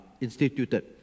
instituted